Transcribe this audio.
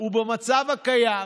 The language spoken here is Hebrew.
ובמצב הקיים,